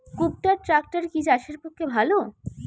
কুবটার ট্রাকটার কি চাষের পক্ষে ভালো?